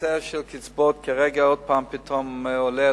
והנושא של הקצבאות כרגע שוב פתאום עולה,